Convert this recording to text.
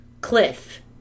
cliff